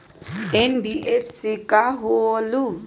NBFC का होलहु?